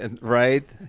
right